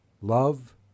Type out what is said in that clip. love